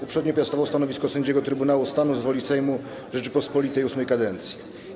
Uprzednio piastował stanowisko sędziego Trybunału Stanu z woli Sejmu Rzeczypospolitej VIII kadencji.